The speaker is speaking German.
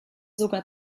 sogar